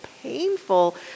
painful